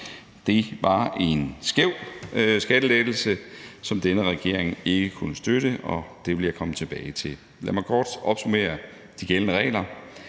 Det var en skæv skattelettelse, som denne regering ikke kunne støtte, og det vil jeg komme tilbage til. Lad mig kort opsummere de gældende regler.